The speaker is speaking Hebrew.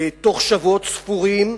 בתוך שבועות ספורים.